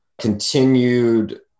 continued